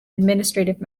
administrative